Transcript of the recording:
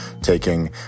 taking